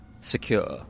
secure